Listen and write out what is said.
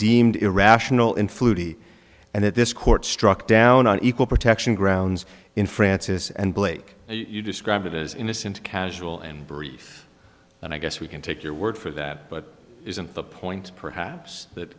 deemed irrational in flutie and that this court struck down on equal protection grounds in frances and blake you describe it as innocent casual and brief and i guess we can take your word for that but isn't the point perhaps that